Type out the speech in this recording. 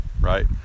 right